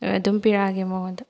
ꯑꯗꯨꯝ ꯄꯤꯔꯛꯑꯒꯦ ꯃꯉꯣꯟꯗ